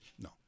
no